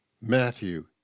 Matthew